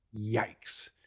Yikes